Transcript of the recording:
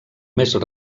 més